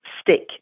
stick